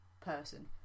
person